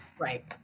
Right